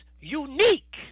unique